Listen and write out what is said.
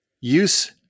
use